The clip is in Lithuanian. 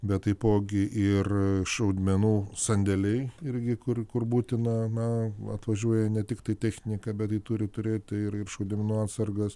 bet taipogi ir šaudmenų sandėliai irgi kur kur būtina na va atvažiuoja ne tiktai technika bet ji turi turėti ir ir šaudmenų atsargas